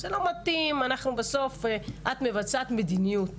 מבצעת מדיניות.